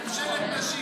ממשלת נשים.